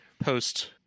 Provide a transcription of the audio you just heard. Post